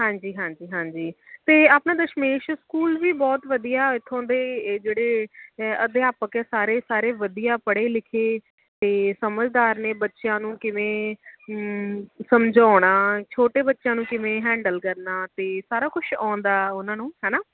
ਹਾਂਜੀ ਹਾਂਜੀ ਹਾਂਜੀ ਅਤੇ ਆਪਣਾ ਦਸ਼ਮੇਸ਼ ਸਕੂਲ ਵੀ ਬਹੁਤ ਵਧੀਆ ਇੱਥੋਂ ਦੇ ਜਿਹੜੇ ਅਧਿਆਪਕ ਆ ਸਾਰੇ ਸਾਰੇ ਵਧੀਆ ਪੜ੍ਹੇ ਲਿਖੇ ਅਤੇ ਸਮਝਦਾਰ ਨੇ ਬੱਚਿਆਂ ਨੂੰ ਕਿਵੇਂ ਸਮਝਾਉਣਾ ਛੋਟੇ ਬੱਚਿਆਂ ਨੂੰ ਕਿਵੇਂ ਹੈਂਡਲ ਕਰਨਾ ਅਤੇ ਸਾਰਾ ਕੁਛ ਆਉਂਦਾ ਉਹਨਾਂ ਨੂੰ ਹੈ ਨਾ